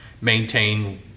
maintain